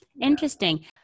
Interesting